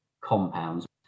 compounds